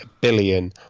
billion